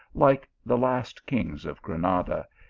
like the last kings of granada,